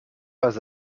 pas